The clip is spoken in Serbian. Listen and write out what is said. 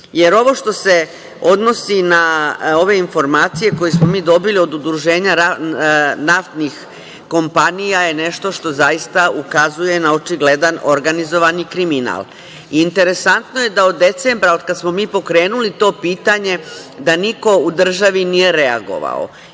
Jer, ovo što se odnosi na ove informacije koje smo mi dobili od Udruženja naftnih kompanija je nešto što zaista ukazuje na očigledan organizovani kriminal. Interesantno je da od decembra od kada smo mi pokrenuli to pitanje, da niko u državi nije reagovao.